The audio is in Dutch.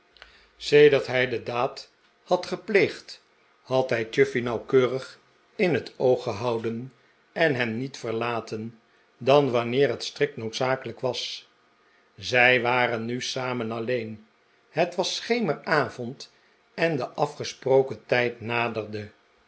sedert hij de daad had gepleegd had hij chuffey nauwkeurig in het oog gehouden en hem niet verlaten dan wanneer het strikt noodzakelijk was zij waren nu samen alleen het was schemeravond en de afgesproken tijd naderde